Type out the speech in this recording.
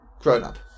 grown-up